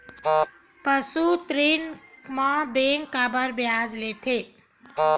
पशु ऋण म बैंक काबर ब्याज लेथे?